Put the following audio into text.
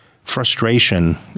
frustration